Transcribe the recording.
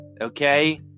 Okay